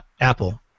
Apple